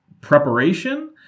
preparation